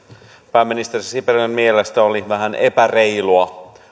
pääministeri sipilän mielestä oli vähän epäreilua